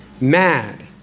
mad